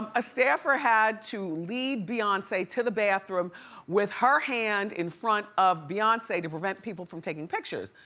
ah a staffer had to lead beyonce to the bathroom with her hand in front of beyonce to prevent people from taking pictures.